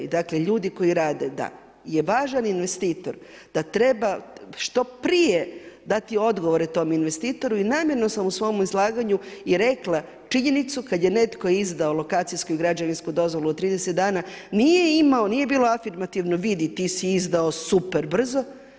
I dakle ljudi koji rade da je važan investitor da treba što prije dati odgovore tom investitoru i namjerno sam u svom izlaganju i rekla činjenicu kad je netko izdao lokacijsku i građevinsku dozvolu u 30 dana nije imao, nije bilo afirmativno vidi ti si izdao super brzo.